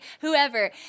whoever